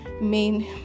main